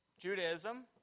Judaism